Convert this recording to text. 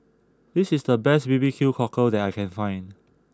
this is the best B B Q Cockle that I can find